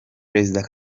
perezida